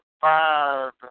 five